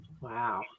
Wow